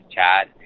Chad